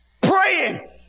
praying